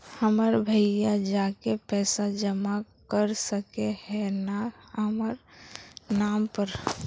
हमर भैया जाके पैसा जमा कर सके है न हमर नाम पर?